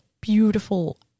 beautiful